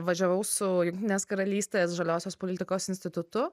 važiavau su jungtinės karalystės žaliosios politikos institutu